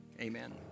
amen